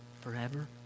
forever